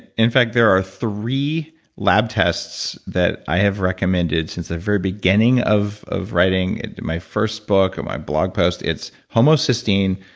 in fact, there are three lab tests that i have recommended since the very beginning of of writing and my first book, and my blog posts. it's homocysteine,